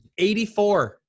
84